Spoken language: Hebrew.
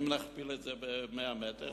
אם נכפיל את זה ב-100 מטר?